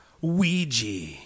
Ouija